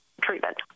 treatment